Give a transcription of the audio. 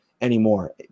anymore